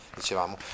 dicevamo